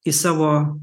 į savo